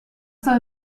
soll